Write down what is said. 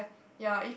ya if